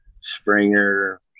Springer